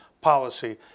policy